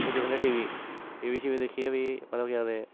फ्ही दिक्खने TV TV शीवी दिक्खिये फ्ही मतलब केह् आखदे